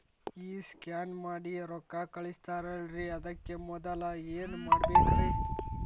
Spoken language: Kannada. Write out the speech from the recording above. ಈ ಸ್ಕ್ಯಾನ್ ಮಾಡಿ ರೊಕ್ಕ ಕಳಸ್ತಾರಲ್ರಿ ಅದಕ್ಕೆ ಮೊದಲ ಏನ್ ಮಾಡ್ಬೇಕ್ರಿ?